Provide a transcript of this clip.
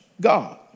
God